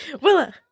Willa